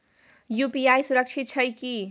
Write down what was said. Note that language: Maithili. यु.पी.आई सुरक्षित छै की?